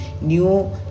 New